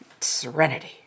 Serenity